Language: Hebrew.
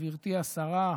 גברתי השרה,